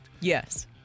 Yes